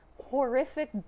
horrific